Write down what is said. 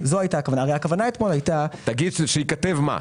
זו הייתה הכוונה --- שייכתב מה?